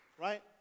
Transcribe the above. right